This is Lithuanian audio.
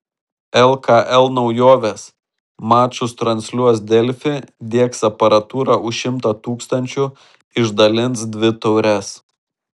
lkl naujovės mačus transliuos delfi diegs aparatūrą už šimtą tūkstančių išdalins dvi taures